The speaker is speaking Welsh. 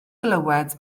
glywed